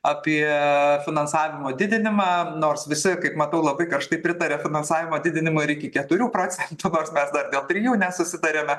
apie finansavimo didinimą nors visi kaip matau labai karštai pritarė finansavimo didinimui ir iki keturių procentų nors mes dar dėl trijų nesusitarėme